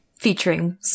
featuring